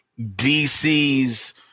DC's